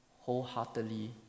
wholeheartedly